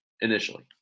initially